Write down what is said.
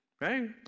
right